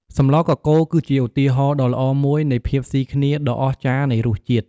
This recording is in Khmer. សម្លកកូរ គឺជាឧទាហរណ៍ដ៏ល្អមួយនៃភាពស៊ីគ្នាដ៏អស្ចារ្យនៃរសជាតិ។